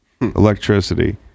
Electricity